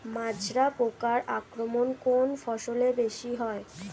মাজরা পোকার আক্রমণ কোন ফসলে বেশি হয়?